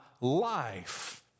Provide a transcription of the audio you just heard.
life